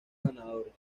ganaderos